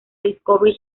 discovery